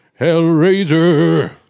Hellraiser